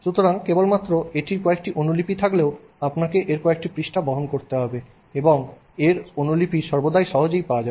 সুতরাং কেবলমাত্র এটির কয়েকটি অনুলিপি থাকলেও আপনাকে এর কয়েকটি পৃষ্ঠা বহন করতে হবে এবং এর অনুলিপি সর্বদা সহজেই পাওয়া যাবে